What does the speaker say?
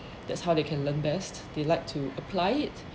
that's how they can learn best they like to apply it